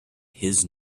his